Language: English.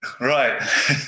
Right